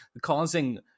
causing